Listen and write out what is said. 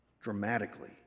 dramatically